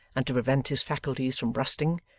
and to prevent his faculties from rusting,